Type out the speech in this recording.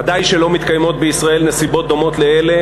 ודאי שלא מתקיימות בישראל נסיבות דומות לאלה